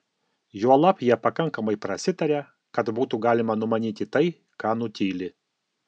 juolab jie pakankamai prasitaria kad būtų galima numanyti tai ką nutyli